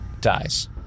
dies